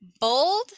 bold